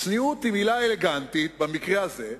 "צניעות" היא מלה אלגנטית, במקרה הזה,